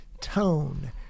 tone